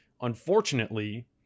unfortunately